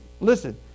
listen